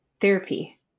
therapy